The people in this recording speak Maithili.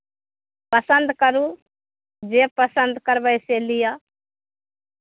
पसन्द करू जे पसन्द करबै से लिअ